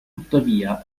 tuttavia